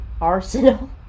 arsenal